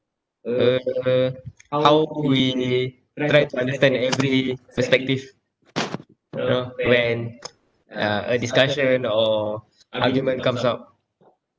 uh uh how we try to understand every perspective you know when uh a discussion or argument comes up